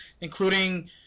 including